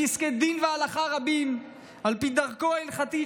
פסקי דין והלכה רבים על פי דרכו ההלכתית